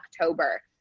October